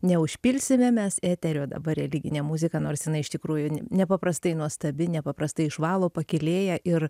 neužpilsime mes eterio dabar religine muzika nors jinai iš tikrųjų nepaprastai nuostabi nepaprastai išvalo pakylėja ir